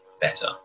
better